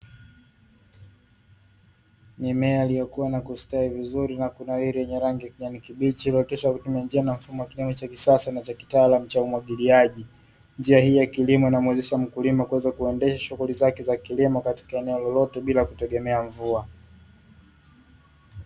Mimea iliyo kua na kustawi vizuri na kunawili yenye rangi ya kijani kibichi iliyo oteshwa kwa kutumia njia na mfumo wa kilimo cha kisasa cha umwagiliaji, njia hii ya kilimo inamuwezesha Mkulima kuweza kuendesha shughuli zake za kilimo katika eneo lolote bila kutegemea mvua.